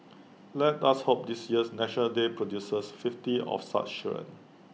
let us hope this year's National Day produces fifty of such children